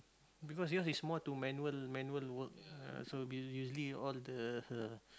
because yours is more to manual manual work ya will be usually is all the